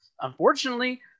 unfortunately